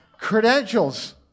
credentials